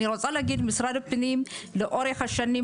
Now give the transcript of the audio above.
אני רוצה להגיד למשרד הפנים לאורך השנים,